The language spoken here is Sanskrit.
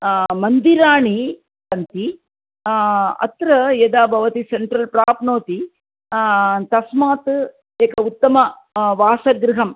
मन्दिराणि सन्ति अत्र यदा भवती सेन्ट्रल् प्राप्नोति तस्मात् एकम् उत्तमं वासगृहं